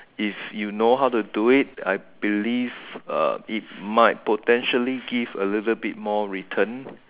if you know how to do it I believe uh it might potentially give a little bit more return